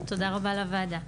תודה רבה לוועדה.